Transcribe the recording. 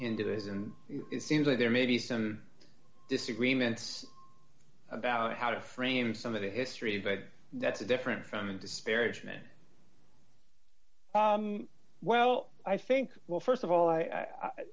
into it and it seems like there may be some disagreements about how to frame some of the history but that's different from disparagement well i think well st of all i